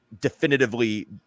definitively